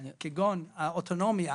כגון: אוטונומיה,